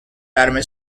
verme